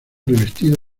revestido